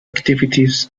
activities